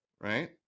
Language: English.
right